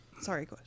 Sorry